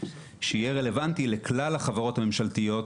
שיהיה רלוונטי לכלל החברות הממשלתיות,